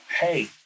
hey